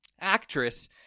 Actress